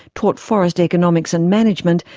taught forest economics and management,